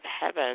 heaven